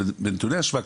בנתוני השוואה,